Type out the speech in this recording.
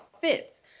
fits